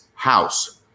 house